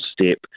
step